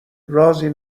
رازی